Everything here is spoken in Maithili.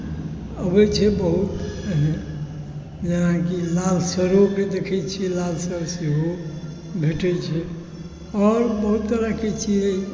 अबै छै बहुत पहिने जेनाकि लालसरोके देखै छिए लालसर सेहो भेटै छै आओर बहुत तरहके चिड़ै छै